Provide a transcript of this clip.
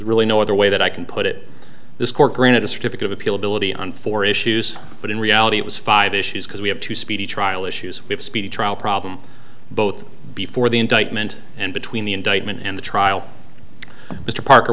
really no other way that i can put it this court granted a certificate of appeal ability on four issues but in reality it was five issues because we have two speedy trial issues if a speedy trial problem both before the indictment and between the indictment and the trial mr parker